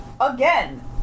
again